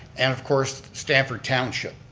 and of course stanford township.